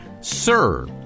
Sir